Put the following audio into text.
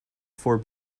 for